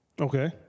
Okay